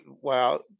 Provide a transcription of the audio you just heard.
wow